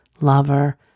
lover